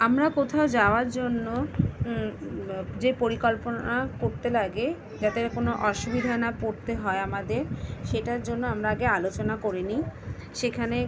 আমরা কোথাও যাওয়ার জন্য যে পরিকল্পনা করতে লাগে যাতে কোনো অসুবিধা না পড়তে হয় আমাদের সেটার জন্য আমরা আগে আলোচনা করে নিই সেখানে